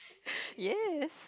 yes